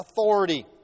authority